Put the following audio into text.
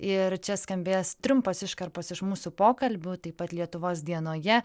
ir čia skambės trumpos iškarpos iš mūsų pokalbių taip pat lietuvos dienoje